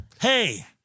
hey